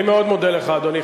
אני מאוד מודה לך, אדוני.